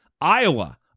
Iowa